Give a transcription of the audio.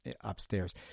upstairs